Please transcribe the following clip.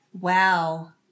Wow